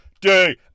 day